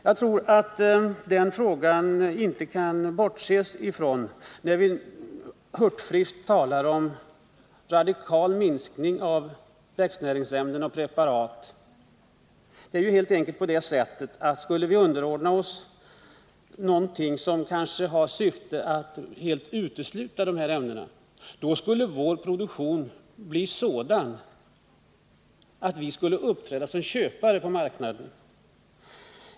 Jag tror att man inte kan bortse från den frågan när man hurtfriskt talar om en radikal minskning av växtnäringsämnen och andra kemiska preparat. Om vi skulle underordna oss någonting som syftar till att kanske helt utesluta de ämnena, skulle vår produktion kunna bli så liten att vi skulle behöva uppträda som köpare på marknaden.